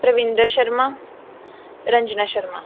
Tarvinder Sharma Ranjana Sharma